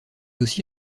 aussi